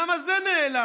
למה זה נעלם?